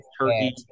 Turkey